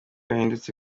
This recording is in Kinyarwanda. yahindutse